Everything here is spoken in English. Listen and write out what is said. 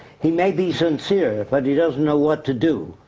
he may be sincere, but he doesn't know what to do.